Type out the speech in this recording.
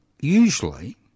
usually